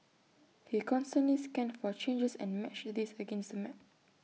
he constantly scanned for changes and matched these against the map